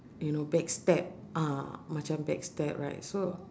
you know backstab ah macam backstab right so